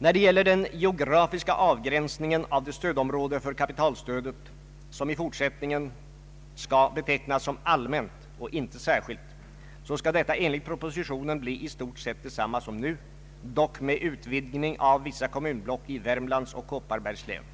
kronor. Den geografiska avgränsningen av det stödområde för kapitalstödet som i fortsättningen skall betecknas som allmänt och inte särskilt skall enligt propositionen bli i stort sett densamma som nu, dock med utvidgning av vissa kommunblock i Värmlands och Kopparbergs län.